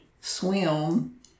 swim